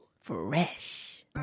Fresh